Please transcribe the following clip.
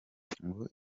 ngo